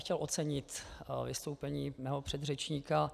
Chtěl bych ocenit vystoupení mého předřečníka.